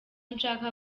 nshaka